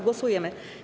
Głosujemy.